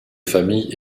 famille